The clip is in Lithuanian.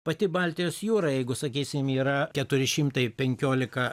pati baltijos jūra jeigu sakysim yra keturi šimtai penkiolika